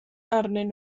arnyn